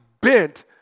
bent